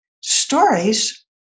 stories